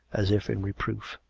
as if in re proof.